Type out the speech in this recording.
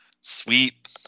sweet